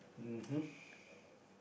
mmhmm